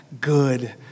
good